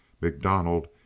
MacDonald